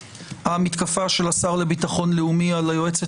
המתקפה של השר לביטחון לאומי על היועצת